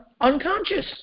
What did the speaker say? unconscious